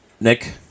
Nick